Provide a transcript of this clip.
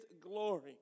glory